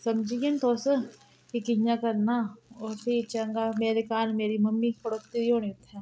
समझी गे नी तुस कि कियां करना होर फ्ही चंगा मेरे घर मेरी मम्मी खड़ोती दी होनी उत्थैं